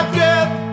death